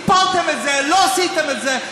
הפלתם את זה, לא עשיתם את זה.